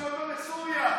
בטיסה לסוריה.